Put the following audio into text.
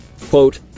quote